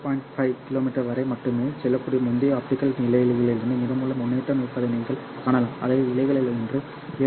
5 km வரை மட்டுமே செல்லக்கூடிய முந்தைய ஆப்டிகல் இழைகளிலிருந்து மீதமுள்ள முன்னேற்றம் இருப்பதை நீங்கள் காணலாம் அதே இழைகளை இன்று 0